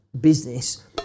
Business